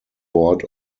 board